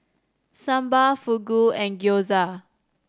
Sambar Fugu and Gyoza